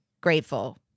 grateful